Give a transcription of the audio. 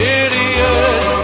idiot